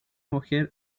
mujer